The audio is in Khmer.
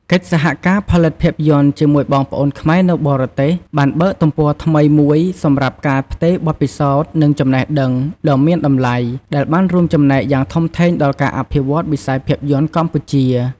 កិច្ចសហការផលិតភាពយន្តជាមួយបងប្អូនខ្មែរនៅបរទេសបានបើកទំព័រថ្មីមួយសម្រាប់ការ ផ្ទេរបទពិសោធន៍ និងចំណេះដឹង ដ៏មានតម្លៃ ដែលបានរួមចំណែកយ៉ាងធំធេងដល់ការអភិវឌ្ឍវិស័យភាពយន្តកម្ពុជា។